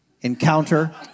Encounter